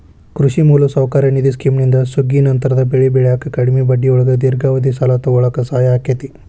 ಕೃಷಿ ಮೂಲಸೌಕರ್ಯ ನಿಧಿ ಸ್ಕಿಮ್ನಿಂದ ಸುಗ್ಗಿನಂತರದ ಬೆಳಿ ಬೆಳ್ಯಾಕ ಕಡಿಮಿ ಬಡ್ಡಿಯೊಳಗ ದೇರ್ಘಾವಧಿ ಸಾಲ ತೊಗೋಳಾಕ ಸಹಾಯ ಆಕ್ಕೆತಿ